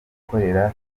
gukorera